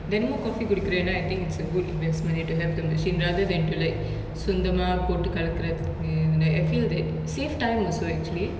தெனமு:thenamu coffee குடிக்குரனா:kudikuranaa I think it's a good investment to have the machine rather than to like சொந்தமா போட்டு கலக்குரதுக்கு:sonthamaa poattu kalakurathuku I feel that save time also actually